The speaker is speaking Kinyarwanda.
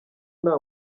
nta